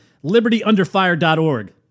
libertyunderfire.org